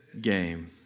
game